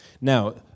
Now